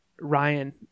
ryan